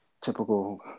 typical